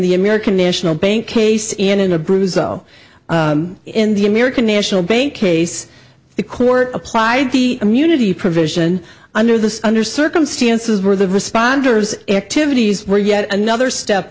the american national bank case in a bruise oh in the american national bank case the court applied the immunity provision under the under circumstances where the responders activities were yet another step